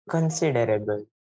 Considerable